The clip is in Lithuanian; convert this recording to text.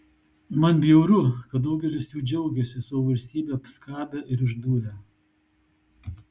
man bjauru kad daugelis jų džiaugiasi savo valstybę apskabę ir išdūrę